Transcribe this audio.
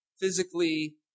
physically